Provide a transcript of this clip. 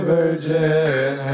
Virgin